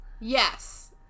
Yes